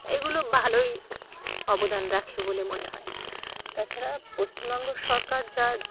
এগুলো ভালোই অবদান রাখে বলে মনে হয় তাছাড়া পশ্চিমবঙ্গ সরকার যা